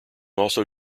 also